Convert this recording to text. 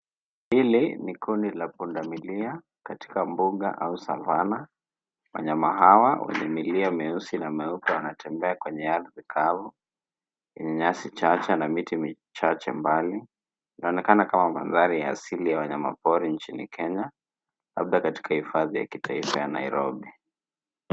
Hili ni kundi la pundamilia katika mbuga au savana, wanyama hawa wa ni milia meusi na meupe wanatembea kwenye ardhi kavu, nyasi chache na miti michache mbali. Inaonekana kama mandhari ya asili ya wanyama pori nchini Kenya labda katika hifadhi ya kitaifa ya Nairobi.